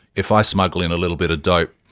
if i smuggle in a little bit of dope,